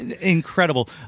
incredible